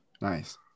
Nice